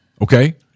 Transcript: okay